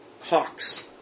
hawks